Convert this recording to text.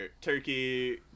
turkey